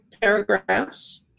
paragraphs